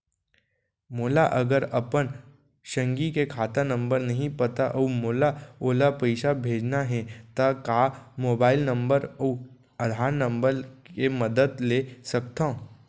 मोला अगर अपन संगी के खाता नंबर नहीं पता अऊ मोला ओला पइसा भेजना हे ता का मोबाईल नंबर अऊ आधार नंबर के मदद ले सकथव?